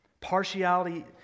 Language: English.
Partiality